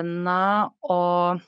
na o